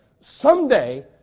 someday